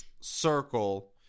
circle